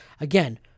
again